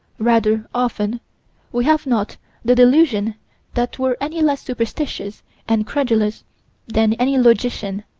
rather often we have not the delusion that we're any less superstitious and credulous than any logician,